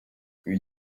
ngo